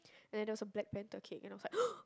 and then there was a Black-Panther cake and I was like